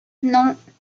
non